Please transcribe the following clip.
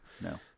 No